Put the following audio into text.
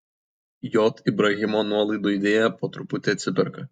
j ibrahimo nuolaidų idėja po truputį atsiperka